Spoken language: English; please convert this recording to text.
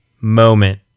moment